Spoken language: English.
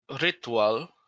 ritual